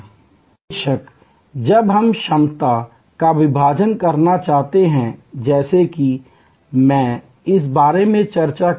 बेशक जब हम क्षमता का विभाजन करना चाहते हैं जैसा कि मैं इस बारे में चर्चा कर रहा था